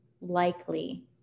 likely